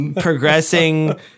progressing